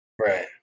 Right